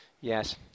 Yes